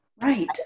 Right